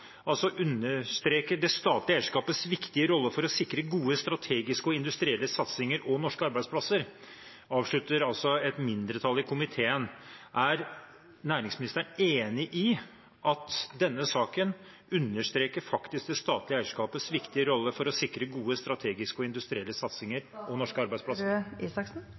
det statlige eierskapets viktige rolle for å sikre gode, strategiske og industrielle satsinger og norske arbeidsplasser». Det avslutter altså et mindretall i komiteen med. Er næringsministeren enig i at denne saken understreker det statlige eierskapets viktige rolle for å sikre gode, strategiske og industrielle satsinger og norske arbeidsplasser?